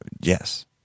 Yes